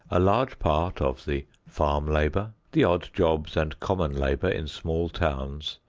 a large part of the farm labor, the odd jobs and common labor in small towns,